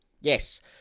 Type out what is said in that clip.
yes